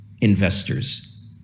investors